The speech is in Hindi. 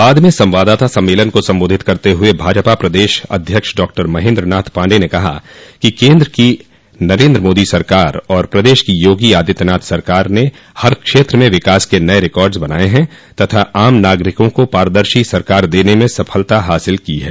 बाद में संवाददाता सम्मेलन को सम्बोधित करते हुए भाजपा प्रदेश अध्यक्ष डॉक्टर महेन्द्रनाथ पाण्डेय ने कहा कि केन्द्र की नरेन्द्र मोदी सरकार और प्रदेश की योगी आदित्यनाथ सरकार ने हर क्षेत्र में विकास के नये रिकार्ड्स बनाये हैं तथा आम नागरिकों को पारदर्शी सरकार देने में सफलता हासिल की है